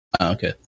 Okay